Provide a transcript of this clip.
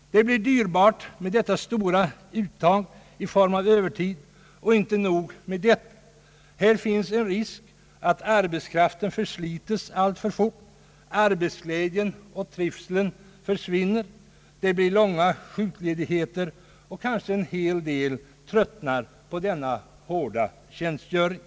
Det blir dyrbart med detta stora uttag i form av övertid. Och inte nog med detta! Här finns en risk för att arbetskraften förslites alltför fort. Arbetsglädjen och trivseln försvinner. Det blir långa sjukledigheter och kanske en hel del tröttnar på denna långa tjänstgöring.